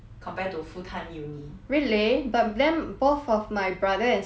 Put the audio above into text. really but then both of my brother and sister they both take part time eh